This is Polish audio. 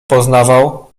poznawał